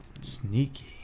Sneaky